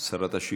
שרת השיכון,